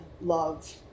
love